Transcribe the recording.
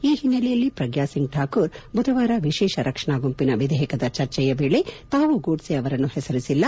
ಈ ಹಿನ್ನೆಲೆಯಲ್ಲಿ ಪ್ರಗ್ಯಾ ಸಿಂಗ್ ಠಾಕೂರ್ ಬುಧವಾರ ವಿಶೇಷ ರಕ್ಷಣಾ ಗುಂಪಿನ ವಿಧೇಯಕದ ಚರ್ಚೆಯ ವೇಳೆ ತಾವು ಗೋಡ್ಡೆ ಅವರನ್ನು ಹೆಸರಿಸಿಲ್ಲ